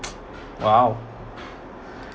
!wow!